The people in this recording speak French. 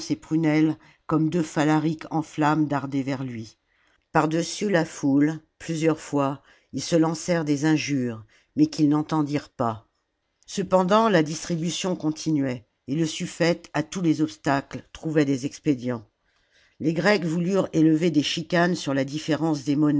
prunelles comme deux phalariques en flammes dardées vers lui par-dessus la foule plusieurs fois ils se lancèrent des injures mais qu'ils n'entendirent pas cependant la distribution continuait et le suffète à tous les obstacles trouvait des expédients les grecs voulurent élever des cfiicanes sur la différence